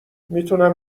میتونم